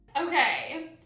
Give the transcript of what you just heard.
okay